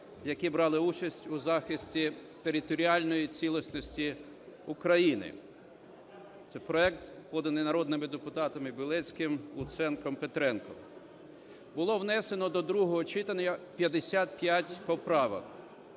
які брали участь у захисті територіальної цілісності України. Це проект, поданий народними депутатами Білецьким, Луценком, Петренком. Було внесено до другого читання 55 поправок,